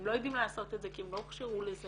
הם לא יודעים לעשות את זה כי הם לא הוכשרו לזה.